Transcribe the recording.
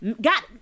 got